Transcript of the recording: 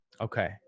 Okay